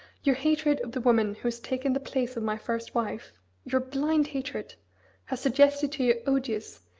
your hatred of the woman who has taken the place of my first wife your blind hatred has suggested to you odious,